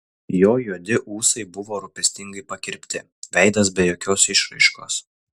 jo juodi ūsai buvo rūpestingai pakirpti veidas be jokios išraiškos